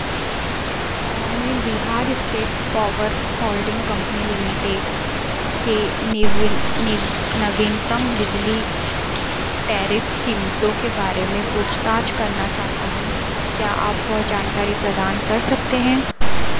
मैं Bihar state power holding company limited के नवीनतम बिजली टैरिफ क़ीमतों के बारे में पूछताछ करना चाहता हूँ क्या आप वह जानकारी प्रदान कर सकते हैं